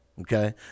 Okay